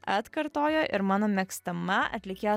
atkartojo ir mano mėgstama atlikėja